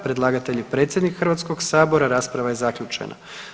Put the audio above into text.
Predlagatelj je predsjednik Hrvatskog sabora, rasprava je zaključena.